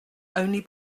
only